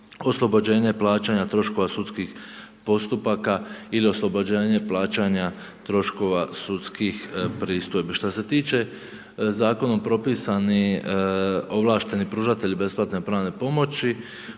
oslobođenje plaćanja troškova sudskih postupaka ili oslobođenje plaćanja troškova sudskih pristojbi. Šta se tiče zakonom propisani ovlašteni pružatelji besplatne pravne pomoći,